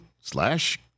slash